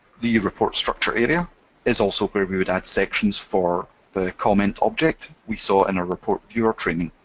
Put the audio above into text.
the report structure area is also where we would add sections for the comment object we saw in a report viewer training.